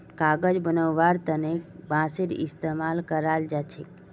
कागज बनव्वार तने बांसेर इस्तमाल कराल जा छेक